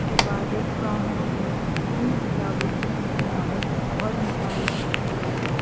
عبادت گاہوں میں ان کتابوں کی تلاوت اور مطالعہ ہوتا ہے